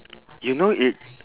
you know it